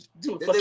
dude